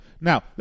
Now